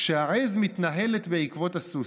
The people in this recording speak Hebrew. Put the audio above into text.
כשהעז מתנהלת בעקבות הסוס.